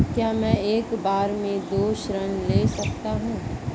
क्या मैं एक बार में दो ऋण ले सकता हूँ?